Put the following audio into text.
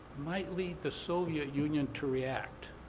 might lead the soviet union to react.